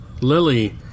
Lily